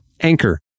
Anchor